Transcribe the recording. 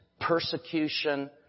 persecution